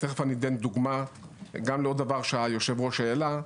ותיכף אני אתן דוגמה לעוד דבר שהיושב-ראש העלה.